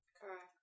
Correct